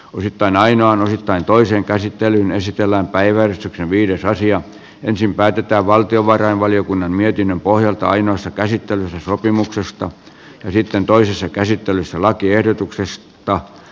osittain ainoan osittain toisen käsittelyn esitellään päivä viides asia ensin päätetään valtiovarainvaliokunnan mietinnön pohjalta ainoassa käsittelyssä sopimuksesta ja sitten toisessa käsittelyssä lakiehdotuksesta